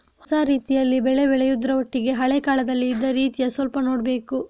ಹೊಸ ರೀತಿಯಲ್ಲಿ ಬೆಳೆ ಬೆಳೆಯುದ್ರ ಒಟ್ಟಿಗೆ ಹಳೆ ಕಾಲದಲ್ಲಿ ಇದ್ದ ರೀತಿ ಸ್ವಲ್ಪ ನೋಡ್ಬೇಕು